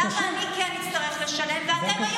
למה אני כן אצטרך לשלם ואתם,